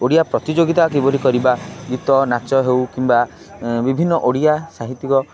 ଓଡ଼ିଆ ପ୍ରତିଯୋଗିତା କିପରି କରିବା ଗୀତ ନାଚ ହେଉ କିମ୍ବା ବିଭିନ୍ନ ଓଡ଼ିଆ ସାହିତ୍ୟିକ